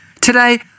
Today